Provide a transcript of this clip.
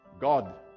god